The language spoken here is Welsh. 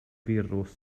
firws